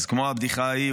אז כמו הבדיחה ההיא,